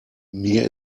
mir